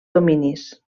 dominis